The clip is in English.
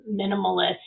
minimalist